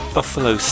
Buffalo